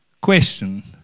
question